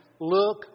look